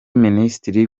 minisitiri